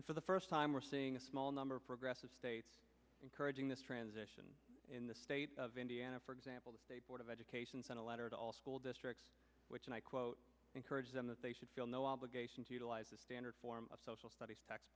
and for the first time we're seeing a small number of progressive states encouraging this transition in the state of indiana for example the state board of education sent a letter to all school districts which and i quote encourage them that they should feel no obligation to utilize the standard form of social studies